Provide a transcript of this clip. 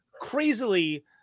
crazily